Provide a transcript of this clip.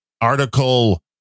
article